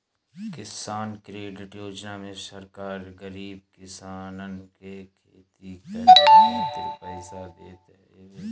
किसान क्रेडिट योजना में सरकार गरीब किसानन के खेती करे खातिर पईसा देत हवे